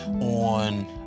on